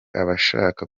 abashaka